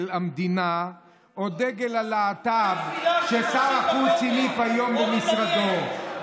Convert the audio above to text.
המדינה או דגל הלהט"ב ששר החוץ הניף היום במשרדו,